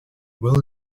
will